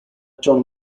john